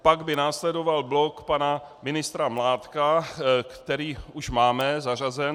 Pak by následoval blok pana ministra Mládka, který už máme zařazen.